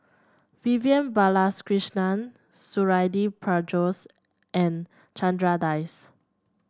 Vivian Balakrishnan Suradi Parjo's and Chandra Das